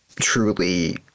truly